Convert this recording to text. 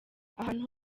ahantu